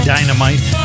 Dynamite